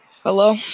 Hello